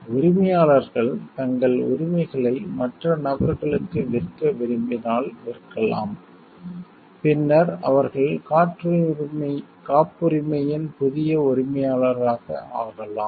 உரிமையாளர்கள் தங்கள் உரிமைகளை மற்ற நபர்களுக்கு விற்க விரும்பினால் விற்கலாம் பின்னர் அவர்கள் காப்புரிமையின் புதிய உரிமையாளராக ஆகலாம்